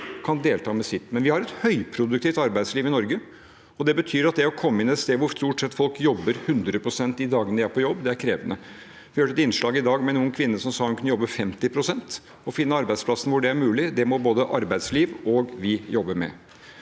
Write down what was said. kan delta med sitt, men vi har et høyproduktivt arbeidsliv i Norge, og det betyr at det å komme inn et sted hvor folk stort sett jobber 100 pst. de dagene de er på jobb, er krevende. Jeg hørte et innslag i dag med en ung kvinne som sa hun kunne jobbe 50 pst. Å finne arbeidsplasser hvor det er mulig, må både arbeidslivet og vi jobbe med.